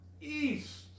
east